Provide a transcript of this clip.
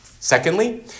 Secondly